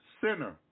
sinner